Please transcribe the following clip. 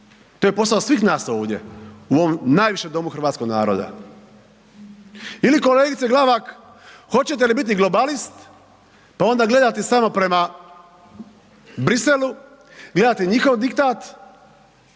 To je posao svih nas ovdje u ovom najvišem domu hrvatskog naroda. Ili kolegice Glavak hoćete li biti globalist pa onda gledati samo prema Bruxellesu, gledati njihov diktat,